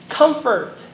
comfort